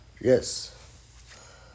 Yes